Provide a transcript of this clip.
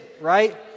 right